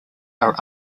are